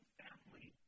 family